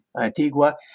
antigua